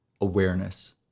awareness